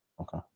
okay